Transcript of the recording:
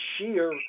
sheer